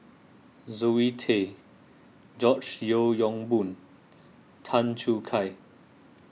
Zoe Tay George Yeo Yong Boon Tan Choo Kai